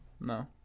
No